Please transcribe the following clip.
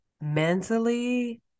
mentally